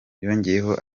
yongeyeho